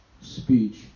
speech